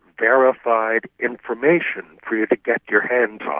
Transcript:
verified information for you to get your hands on.